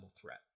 threat